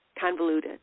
convoluted